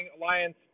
Alliance